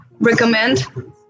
recommend